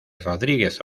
rodríguez